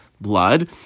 blood